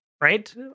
right